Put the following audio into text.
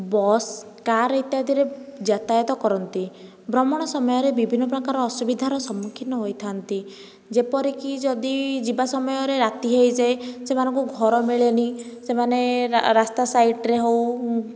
bus car ଇତ୍ୟାଦିରେ ଯାତାୟାତ କରନ୍ତି ଭ୍ରମଣ ସମୟରେ ବିଭିନ୍ନ ପ୍ରକାରର ଅସୁବିଧାର ସମ୍ମୁଖୀନ ହୋଇଥାନ୍ତି ଯେପରିକି ଯଦି ଯିବା ସମୟରେ ରାତି ହୋଇଯାଏ ସେମାନଙ୍କୁ ଘର ମିଳେନି ସେମାନେ ରାସ୍ତା ସାଇଟ୍ରେ ହେଉ